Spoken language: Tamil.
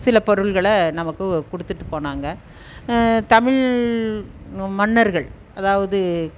சில பொருள்களை நமக்கு கொடுத்துட்டு போனாங்க தமிழ் மன்னர்கள் அதாவது